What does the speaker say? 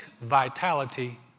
vitality